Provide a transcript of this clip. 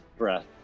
breath